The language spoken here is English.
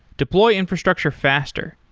deploy infrastructure faster.